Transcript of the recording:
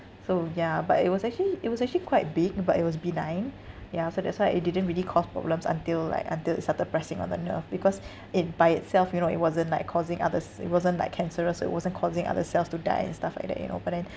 so ya but it was actually it was actually quite big but it was benign ya so that's why it didn't really cause problems until like until it started pressing on the nerve because it by itself you know it wasn't like causing others it wasn't like cancerous or it wasn't causing other cells to die and stuff like that you know but then